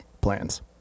plans